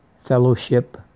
fellowship